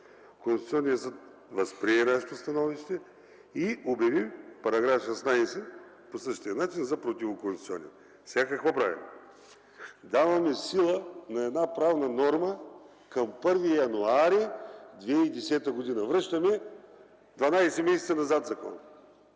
Конституционният съд възприе нашето становище и обяви § 16 по същия начин за противоконституционен. Сега какво правим? Даваме сила на една правна норма към 1януари 2010 г., връщаме 12 месеца назад закона.